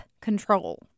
control